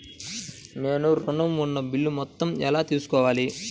నేను ఋణం ఉన్న బిల్లు మొత్తం ఎలా తెలుసుకోవాలి?